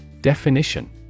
Definition